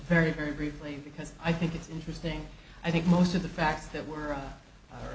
very very briefly because i think it's interesting i think most of the facts that were